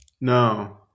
No